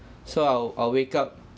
so I'll I'll wake up